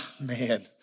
man